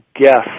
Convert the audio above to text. guess